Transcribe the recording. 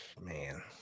Man